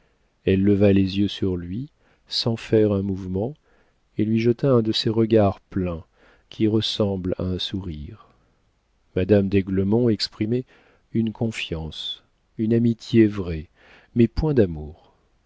elle leva les yeux sur lui sans faire un mouvement et lui jeta un de ces regards pleins qui ressemblent à un sourire madame d'aiglemont exprimait une confiance une amitié vraie mais point d'amour